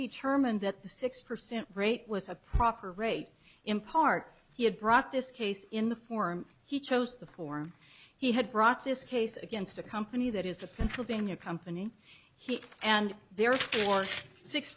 determined that the six percent rate was a proper rate in part he had brought this case in the form he chose the form he had brought this case against a company that is a pennsylvania company he and there were six